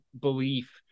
belief